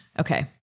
okay